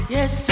Yes